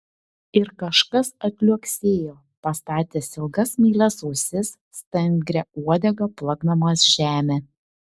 ir kažkas atliuoksėjo pastatęs ilgas smailias ausis stangria uodega plakdamas žemę